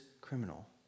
criminal